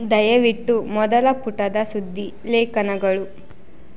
ದಯವಿಟ್ಟು ಮೊದಲ ಪುಟದ ಸುದ್ದಿ ಲೇಖನಗಳು